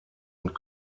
und